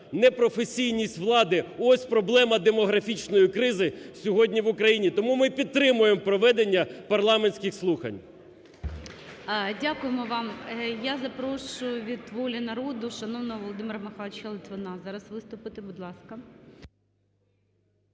Непрофесійність влади, ось проблема демографічної кризи сьогодні в Україні. Тому ми і підтримаємо проведення парламентських слухань. ГОЛОВУЮЧИЙ. Дякуємо вам. Я запрошую від "Волі народу" шановного Володимира Михайловича Литвина зараз виступити, будь ласка.